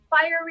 fiery